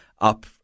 up